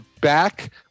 back